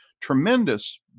tremendous